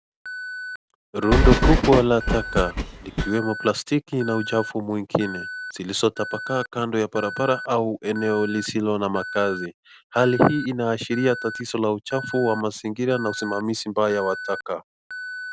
Rundu kubwa la taka kikiwemo plastiki na uchafu mwingine zilizotapakaa kando ya Barabara au eneo lizilo na makazi, hali hii inaashiria tatizo mbaya ya mazingira na usimamizi mbaya ya wataka.